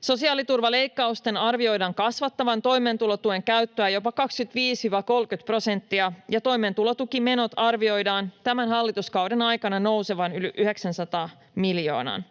Sosiaaliturvaleikkausten arvioidaan kasvattavan toimeentulotuen käyttöä jopa 25—30 prosenttia, ja toimeentulotukimenot arvioidaan tämän hallituskauden aikana nousevan yli 900 miljoonaan.